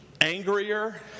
angrier